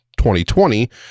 2020